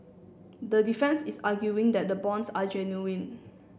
the defence is arguing that the bonds are genuine